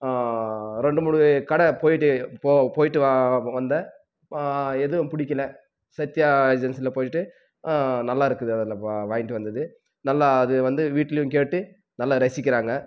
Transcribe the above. ரெண்டு மூணு கடை போய்ட்டு போ போய்ட்டு வா வந்தேன் எதுவும் பிடிக்கல சத்யா ஏஜென்சியில போய்ட்டு நல்லா இருக்குது அதில் வா வாங்கிட்டு வந்தது நல்லா அது வந்து வீட்டிலையும் கேட்டு நல்லா ரசிக்கிறாங்கள்